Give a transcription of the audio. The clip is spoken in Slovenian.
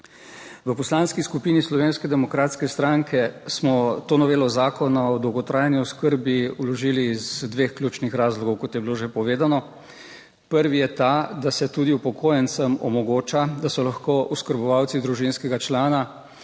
V Poslanski skupini Slovenske demokratske stranke smo to novelo Zakona o dolgotrajni oskrbi vložili iz dveh ključnih razlogov, kot je bilo že povedano. Prvi je ta, da se tudi upokojencem omogoča, da so lahko oskrbovalci družinskega člana.